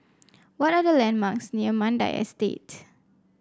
what are the landmarks near Mandai Estate